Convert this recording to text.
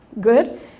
good